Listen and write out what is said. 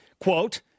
Quote